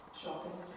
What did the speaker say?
shopping